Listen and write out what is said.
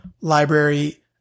library